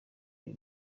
ibi